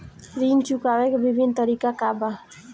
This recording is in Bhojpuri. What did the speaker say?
ऋण चुकावे के विभिन्न तरीका का बा?